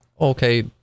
Okay